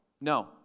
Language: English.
No